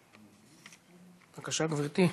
בבקשה, גברתי.